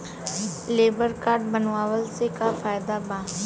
Labour card बनवाला से का फायदा बा?